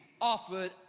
offered